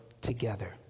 together